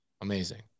Amazing